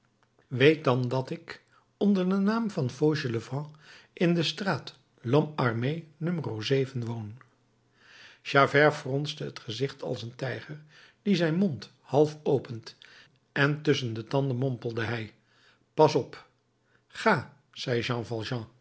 weet dan dat ik onder den naam van fauchelevent in de straat de lhomme armé no woon javert fronste het gezicht als een tijger die zijn mond half opent en tusschen de tanden mompelde hij pas op ga zei